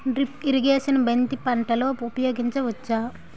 Drip irrigation బంతి పంటలో ఊపయోగించచ్చ?